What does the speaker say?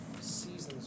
seasons